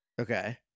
Okay